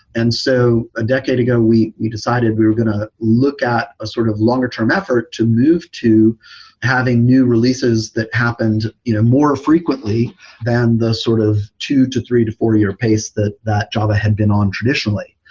and so a decade ago, we we decided we were going to look at a sort of longer term effort to move to having new releases that happened you know more frequently than the sort of two to three to four-year pace that that java had been on traditionally.